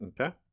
Okay